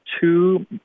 two